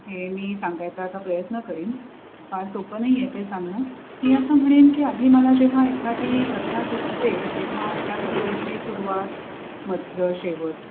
हे मी सांगायचा आता प्रयत्न करीन फार सोपं नाही आहे ते सांगणं मी असं म्हणेन की आधी मला जेव्हा एखादी कथा सुचते तेव्हा त्या कथेची सुरुवात मध्य शेवट